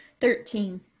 Thirteen